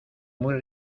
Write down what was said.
muy